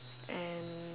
and